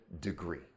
degree